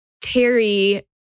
Terry